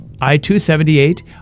I-278